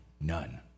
none